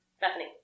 Bethany